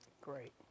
Great